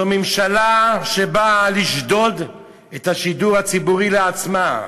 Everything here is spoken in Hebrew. זו ממשלה שבאה לשדוד את השידור הציבורי לעצמה.